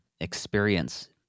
experience